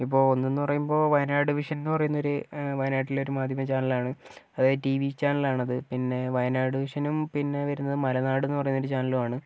ഇപ്പൊൾ ഒന്നെന്ന് പറയുമ്പോൾ വയനാട് വിഷൻ എന്ന് പറയുന്ന ഒരു വയനാട്ടിലെ ഒരു മാധ്യമ ചാനലാണ് അത് ടിവി ചാനലാണത് പിന്നെ വയനാട് വിഷനും പിന്നെ വരുന്നത് മലനാട് എന്നുപറയുന്ന ഒരു ചാനലുമാണ്